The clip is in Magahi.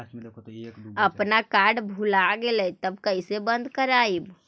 अपन कार्ड भुला गेलय तब कैसे बन्द कराइब?